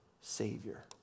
savior